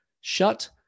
shut